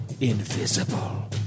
invisible